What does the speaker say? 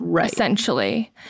essentially